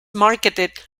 marketed